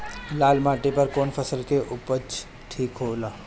लाल माटी पर कौन फसल के उपजाव ठीक हो सकेला?